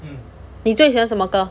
你最喜欢什么歌